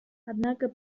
однако